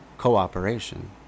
cooperation